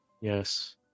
Yes